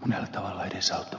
monella tavalla edesauttavan suomen metsätaloutta